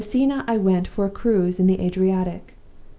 from messina i went for a cruise in the adriatic.